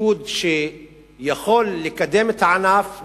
תפקוד שיכול לקדם את הענף,